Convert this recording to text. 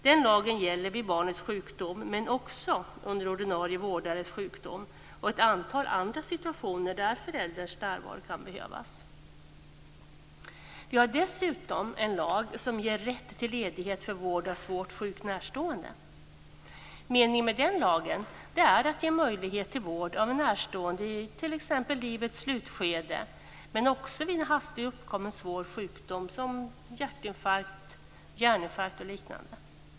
Den lagen gäller vid barnets sjukdom men också under ordinarie vårdares sjukdom och ett antal andra situationer där förälderns närvaro kan behövas. Vi har dessutom en lag som ger rätt till ledighet för vård av svårt sjuk närstående. Meningen med den lagen är att ge möjlighet till vård av en närstående t.ex. vid livets slutskede men också vid en hastigt uppkommen svår sjukdom som hjärtinfarkt, hjärninfarkt eller liknande.